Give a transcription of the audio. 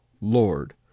Lord